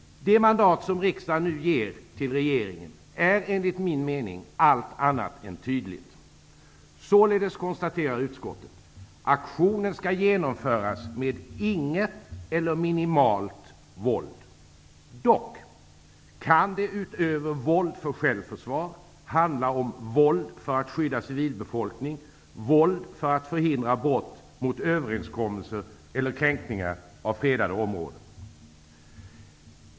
Det mandat som riksdagen nu ger till regeringen är enligt min mening allt annat än tydligt. Således konstaterar utskottet: Aktionen skall genomföras med inget eller minimalt våld. Dock kan det utöver våld för självförsvar handla om våld för att skydda civilbefolkning och våld för att förhindra brott mot överenskommelser eller kränkningar av fredade områden.